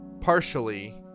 partially